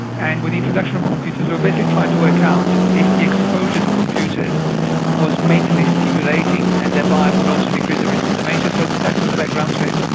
and with introduction of computers we are basically trying to work out if the exposure to computers was mentally stimulating and that would also decrease the risk of dementias. so that was the background to it.